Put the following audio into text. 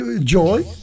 joy